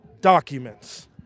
documents